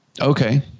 Okay